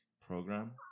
program